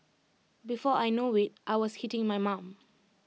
before I know IT I was hitting my mum